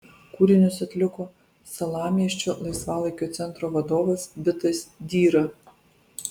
kūrinius atliko salamiesčio laisvalaikio centro vadovas vitas dyra